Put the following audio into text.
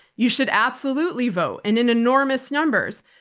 you should absolutely vote and in enormous numbers,